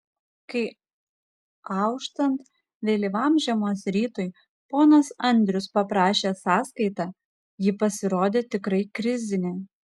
kai auštant vėlyvam žiemos rytui ponas andrius paprašė sąskaitą ji pasirodė tikrai krizinė